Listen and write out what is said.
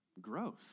Gross